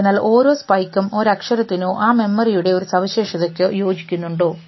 അതിനാൽ ഓരോ സ്പൈക്കും ഒരു അക്ഷരത്തിനോ ആ മെമ്മറിയുടെ ഒരു സവിശേഷതയ്ക്കോ യോജിക്കുന്നുണ്ടോ